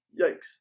yikes